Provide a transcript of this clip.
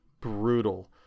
brutal